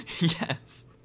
Yes